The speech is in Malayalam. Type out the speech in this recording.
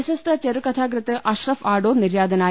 പ്രശസ്ത ചെറുകഥാകൃത്ത് അഷ്റഫ് ആടൂർ നിര്യാതനായി